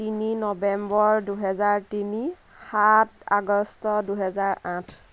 তিনি নৱেম্বৰ দুহেজাৰ তিনি সাত আগষ্ট দুহেজাৰ আঠ